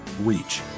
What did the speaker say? reach